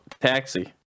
taxi